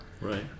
Right